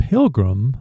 Pilgrim